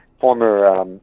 former